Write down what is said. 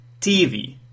TV